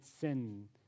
sin